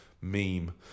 meme